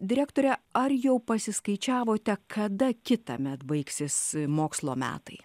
direktore ar jau pasiskaičiavote kada kitąmet baigsis mokslo metai